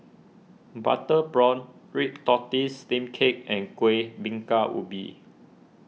Butter Prawn Red Tortoise Steamed Cake and Kueh Bingka Ubi